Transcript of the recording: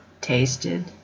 tasted